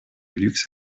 luxe